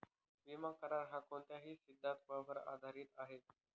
विमा करार, हा कोणत्या सिद्धांतावर आधारीत आहे?